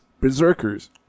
Berserkers